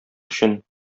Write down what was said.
өчен